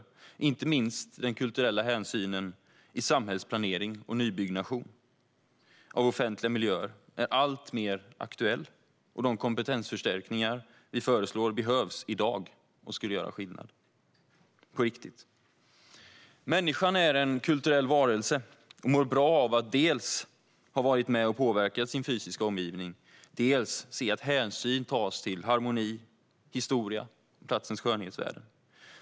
Alltmer aktuell är inte minst den kulturella hänsynen i samhällsplanering och nybyggnation av offentliga miljöer, och de kompetensförstärkningar vi föreslår behövs i dag och skulle göra skillnad på riktigt. Människan är en kulturell varelse och mår bra av att dels ha varit med och påverkat sin fysiska omgivning, dels se att hänsyn tas till harmoni, historia och platsens skönhetsvärden.